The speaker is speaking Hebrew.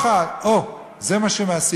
שוחד, או, זה מה שמעסיק.